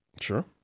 Sure